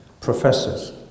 professors